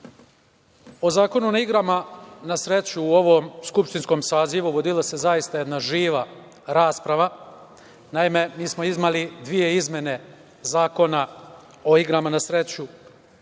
Zakonu o igrama na sreću u ovom skupštinskom sazivu vodila se jedna živa rasprava. Naime, mi smo imali dve izmene Zakona o igrama na sreću